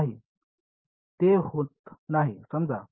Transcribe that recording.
नाही ते होत नाही समजा